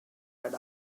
right